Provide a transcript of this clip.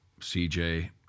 CJ